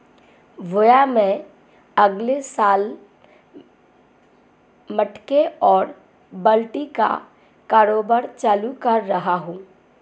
भैया मैं अगले साल मटके और बाल्टी का कारोबार चालू कर रहा हूं